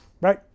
right